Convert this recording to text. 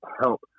help